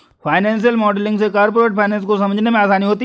financial modelling से corporate finance को समझने में आसानी होती है